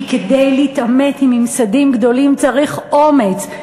כי כדי להתעמת עם ממסדים גדולים צריך אומץ.